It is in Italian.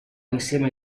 insieme